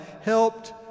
helped